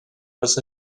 was